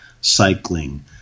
cycling